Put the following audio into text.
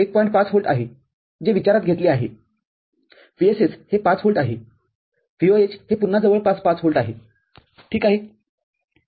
५ volt आहे जे विचारात घेतले आहे VSS हे ५ व्होल्ट आहे VOH हे पुन्हा जवळपास ५ व्होल्ट आहे ठीक आहे